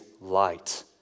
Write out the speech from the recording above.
light